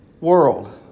world